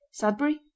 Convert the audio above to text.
Sadbury